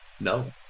No